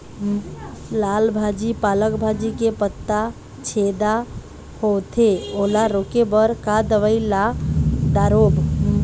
लाल भाजी पालक भाजी के पत्ता छेदा होवथे ओला रोके बर का दवई ला दारोब?